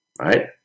right